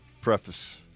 preface